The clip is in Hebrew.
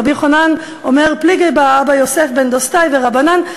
רבי יוחנן אומר: פליגי בה אבא יוסף בן דוסתאי ורבנן,